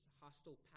hostile